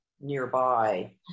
nearby